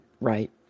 right